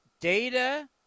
data